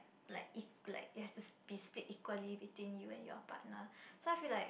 like you've to be speak equally within you and your partner so I feel like